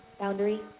Boundary